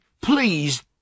please